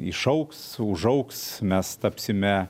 išaugs užaugs mes tapsime